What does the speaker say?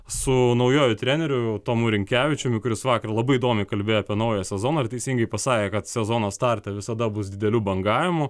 su naujuoju treneriu tomu rinkevičiumi kuris vakar labai įdomiai kalbėjo apie naują sezoną ir teisingai pasakė kad sezono starte visada bus didelių bangavimų